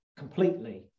completely